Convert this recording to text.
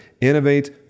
innovate